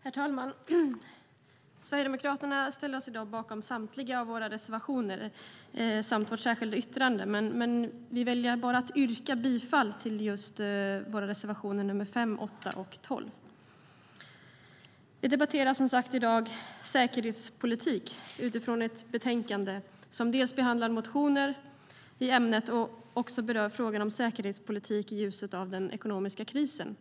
Herr talman! Vi sverigedemokrater ställer oss i dag bakom samtliga våra reservationer samt vårt särskilda yttrande, men vi väljer att yrka bifall bara till våra reservationer nr 5, 8 och 12. Vi debatterar som sagt i dag säkerhetspolitik utifrån ett betänkande som dels behandlar motioner i ämnet, dels berör frågan om säkerhetspolitik i ljuset av den ekonomiska krisen